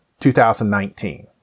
2019